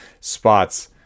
spots